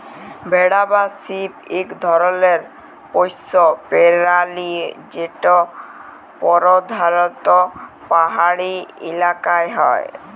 ভেড়া বা শিপ ইক ধরলের পশ্য পেরালি যেট পরধালত পাহাড়ি ইলাকায় হ্যয়